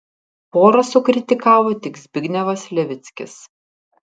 porą sukritikavo tik zbignevas levickis